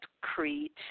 Crete